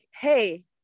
Hey